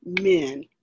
men